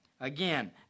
Again